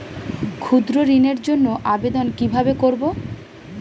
ক্ষুদ্র ঋণের জন্য আবেদন কিভাবে করব?